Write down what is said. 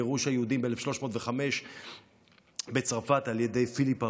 גירוש היהודים ב-1305 בצרפת על ידי פיליפ הרביעי,